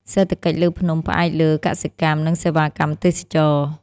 សេដ្ឋកិច្ចលើភ្នំផ្អែកលើកសិកម្ម និងសេវាកម្មទេសចរណ៍។